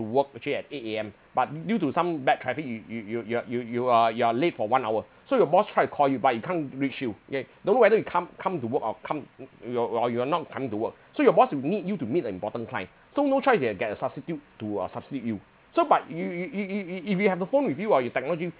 work actually at eight A_M but due to some bad traffic you you you you are you you are you are late for one hour so your boss try to call you but he can't reach you yeah don't know whether you come come to work or come you're or you are not coming to work so your boss will need you to meet an important client so no choice they've get a substitute to uh substitute you so but you you you you you if you have a phone with you ah with technology